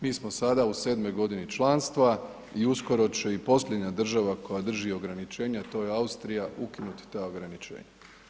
Mi smo sada u 7. g. članstva i uskoro će i posljednja država koja drži ograničenje, a to je Austrija ukinuti ta ograničenja.